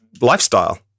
lifestyle